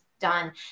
done